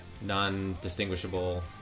non-distinguishable